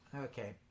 okay